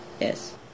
Yes